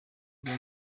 bwa